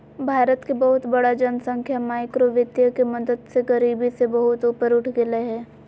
भारत के बहुत बड़ा जनसँख्या माइक्रो वितीय के मदद से गरिबी से बहुत ऊपर उठ गेलय हें